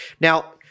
Now